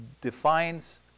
defines